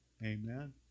Amen